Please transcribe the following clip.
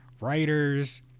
writers